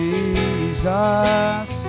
Jesus